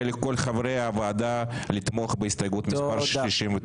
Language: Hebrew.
לכל חברי הוועדה לתמוך בהסתייגות מספר 69. תודה.